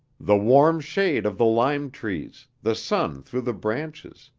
the warm shade of the limetrees, the sun through the branches,